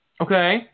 Okay